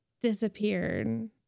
disappeared